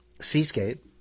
Seascape